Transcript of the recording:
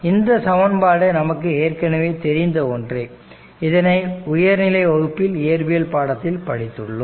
இந்த சமன்பாடு நமக்கு ஏற்கனவே தெரிந்த ஒன்றே இதனை உயர்நிலை வகுப்பில் இயற்பியல் பாடத்தில் படித்துள்ளோம்